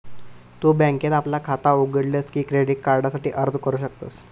तु बँकेत आपला खाता उघडलस की क्रेडिट कार्डासाठी अर्ज करू शकतस